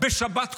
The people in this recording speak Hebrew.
בשבת קודש?